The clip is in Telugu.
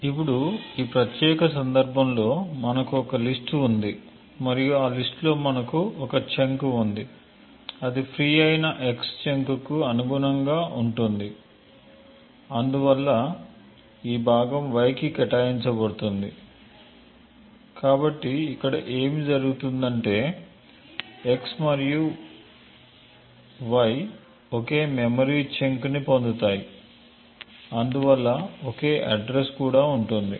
ఇప్పుడు ఈ ప్రత్యేక సందర్భంలో మనకు ఒక లిస్ట్ ఉంది మరియు ఆ లిస్ట్ లో మనకు ఒక చంక్ ఉంది అది ఫ్రీ అయిన x చంక్కు అనుగుణంగా ఉంటుంది అందువల్ల ఈ భాగం y కి కేటాయించబడుతుంది కాబట్టి ఇక్కడ ఏమి జరుగుతుందంటే y మరియు x ఒకే మెమరీ చంక్ ని పొందుతాయి అందువల్ల ఒకే అడ్రస్ ఉంటుంది